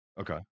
Okay